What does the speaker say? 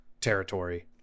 territory